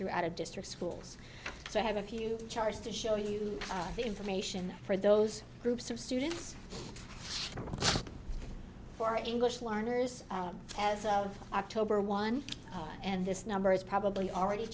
throughout a district schools so i have a few charts to show you the information for those groups of students for english learners as of october one and this number is probably already